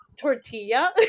tortilla